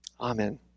amen